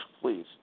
please